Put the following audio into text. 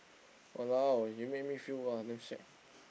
!walao! you make me feel uh damn shag